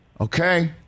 Okay